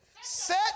set